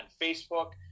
Facebook